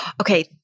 Okay